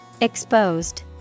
Exposed